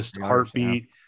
heartbeat